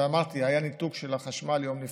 ואמרתי: היה ניתוק של החשמל יום לפני.